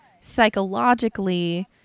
psychologically